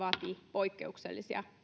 poikkeuksellisia